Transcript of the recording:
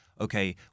Okay